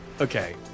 Okay